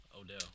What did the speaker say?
Odell